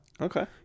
okay